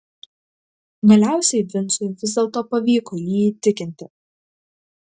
galiausiai vincui vis dėlto pavyko jį įtikinti